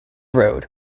road